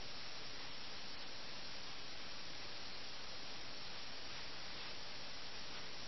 ചില്ലം ഒരു പൈപ്പ് പുകയിലയാണ് അവർ എല്ലാ ദിവസവും തുടർച്ചയായി കളിക്കുന്ന കളികൾ ആസ്വദിക്കാൻ വേണ്ടി നദിയുടെ തീരത്തേക്ക് ഈ സാധനങ്ങളെല്ലാം കൊണ്ടുപോകുന്നു